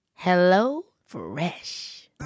HelloFresh